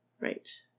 Right